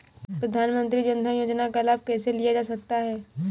प्रधानमंत्री जनधन योजना का लाभ कैसे लिया जा सकता है?